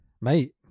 Mate